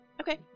Okay